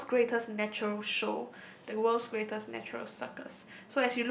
the world's greatest natural show the world's greatest natural circus